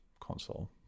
console